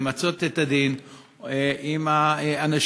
למצות את הדין עם האנשים,